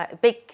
big